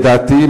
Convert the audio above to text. לדעתי,